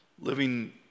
Living